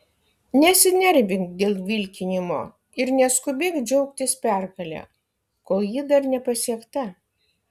nesinervink dėl vilkinimo ir neskubėk džiaugtis pergale kol ji dar nepasiekta